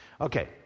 Okay